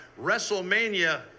WrestleMania